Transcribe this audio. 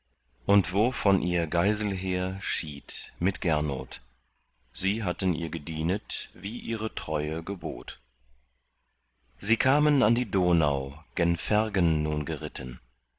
und wo von ihr geiselher schied mit gernot sie hatten ihr gedienet wie ihre treue gebot sie kamen an die donau gen vergen nun geritten